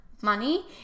Money